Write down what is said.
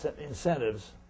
incentives